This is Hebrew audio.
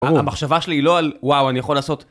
המחשבה שלי היא לא על ״וואו, אני יכול לעשות...״